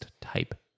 type